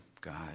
God